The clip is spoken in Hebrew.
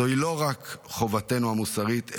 זוהי לא רק חובתנו המוסרית,